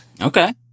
Okay